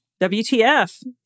wtf